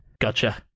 gotcha